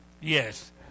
Yes